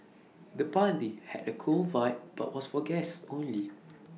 the party had A cool vibe but was for guests only